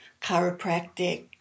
chiropractic